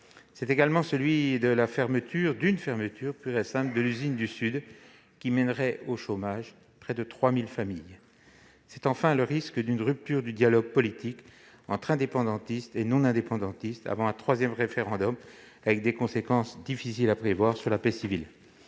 est également la fermeture pure et simple de l'usine du Sud, qui mènerait au chômage près de 3 000 familles. Enfin, le risque est la rupture du dialogue politique entre indépendantistes et non-indépendantistes avant un troisième référendum, avec des conséquences difficiles à prévoir sur la paix civile.